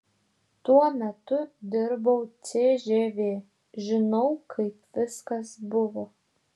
tuo metu dirbau cžv žinau kaip viskas buvo